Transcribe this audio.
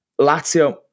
Lazio